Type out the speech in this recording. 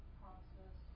process